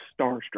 starstruck